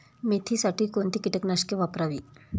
मेथीसाठी कोणती कीटकनाशके वापरावी?